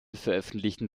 veröffentlichten